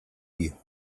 you